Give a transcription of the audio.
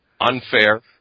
unfair